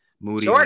moody